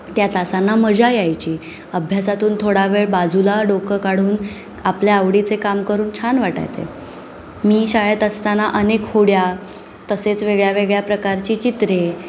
त्या तासांना मजा यायची अभ्यासातून थोडा वेळ बाजूला डोकं काढून आपल्या आवडीचे काम करून छान वाटायचे मी शाळेत असताना अनेक होड्या तसेच वेगळ्या वेगळ्या प्रकारची चित्रे